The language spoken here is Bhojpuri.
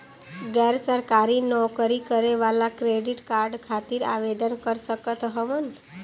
गैर सरकारी नौकरी करें वाला क्रेडिट कार्ड खातिर आवेदन कर सकत हवन?